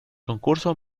concurso